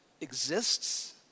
exists